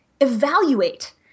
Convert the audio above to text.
evaluate